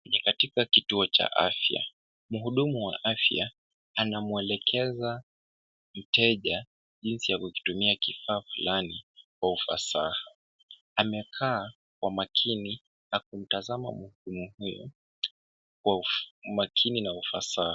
Katika kituo cha afya mhudumu wa afya anamuelekeza mteja jinsi ya kutumia kifaa flani kwa ufasaha. Amekaa kwa umakini akimtazama mhudumu huyo kwa umakini na ufasaha.